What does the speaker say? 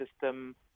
system